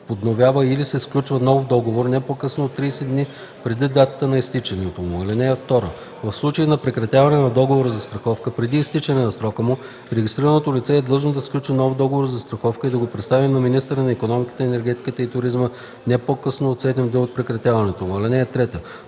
подновява или се сключва нов договор не по-късно от 30 дни преди датата на изтичането му. (2) В случай на прекратяване на договора за застраховка преди изтичане на срока му регистрираното лице е длъжно да сключи нов договор за застраховка и да го представи на министъра на икономиката, енергетиката и туризма не по-късно от 7 дни от прекратяването му. (3)